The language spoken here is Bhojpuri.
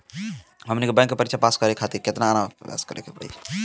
हमनी के बैंक के परीक्षा पास करे खातिर केतना अभ्यास करे के पड़ी?